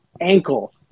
ankle